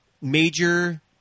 major